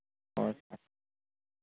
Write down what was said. sir